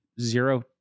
zero